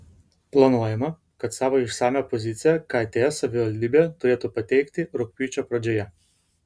planuojama kad savo išsamią poziciją kt savivaldybė turėtų pateikti rugpjūčio pradžioje